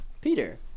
Peter